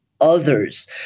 others